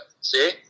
See